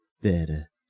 better